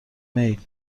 میل